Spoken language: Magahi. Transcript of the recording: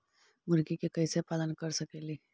मुर्गि के कैसे पालन कर सकेली?